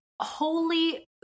holy